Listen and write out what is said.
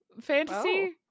fantasy